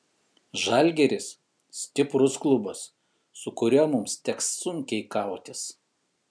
žalgiris stiprus klubas su kuriuo mums teks sunkiai kautis